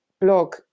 blog